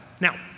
Now